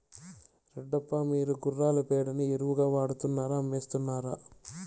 రెడ్డప్ప, మీరు గుర్రాల పేడని ఎరువుగా వాడుతున్నారా అమ్మేస్తున్నారా